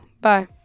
Bye